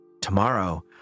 Tomorrow